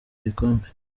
ibikombe